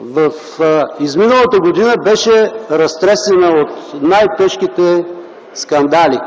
в изминалата година беше разтресена от най-тежките скандали.